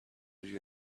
you